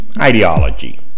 ideology